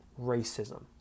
racism